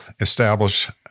establish